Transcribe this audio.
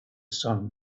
sun